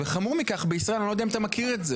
חמור מכך אני לא יודע אם אתה מכיר את זה